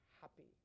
happy